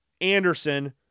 Anderson